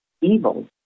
evil